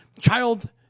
child